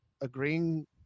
agreeing